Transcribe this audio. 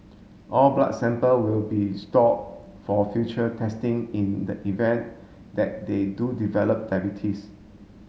all blood sample will be stored for further testing in the event that they do develop diabetes